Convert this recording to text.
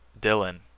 Dylan